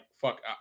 fuck